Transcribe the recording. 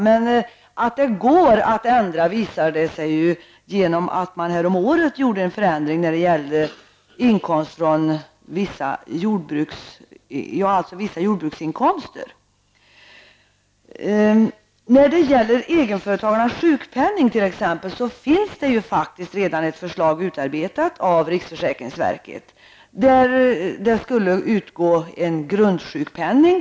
Men att det går att förändra förhållandena framgår av den förändring som skedde häromåret när det gäller vissa jordbruksinkomster. finns det redan ett förslag som har utarbetats av riksförsäkringsverket innebärande att det skall utgå en grundsjukpenning.